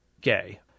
gay